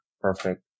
perfect